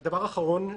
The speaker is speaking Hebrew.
דבר אחרון,